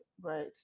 right